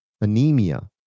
anemia